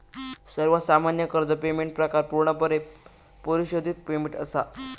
सर्वात सामान्य कर्ज पेमेंट प्रकार पूर्णपणे परिशोधित पेमेंट असा